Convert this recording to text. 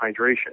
hydration